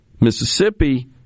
Mississippi